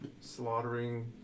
Slaughtering